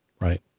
Right